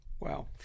Wow